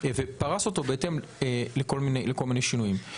ופרש אותו בהתאם לכל מיני שינויים.